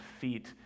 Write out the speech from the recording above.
feet